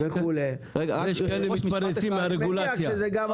ויש כאלה שמתפרנסים מן הרגולציה.